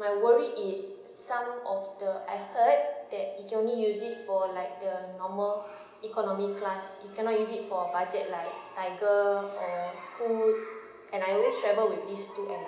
my worry is some of the I heard that you only use it for like the normal economy class cannot use it for budget like tiger or scoot and I always travel with these two airlines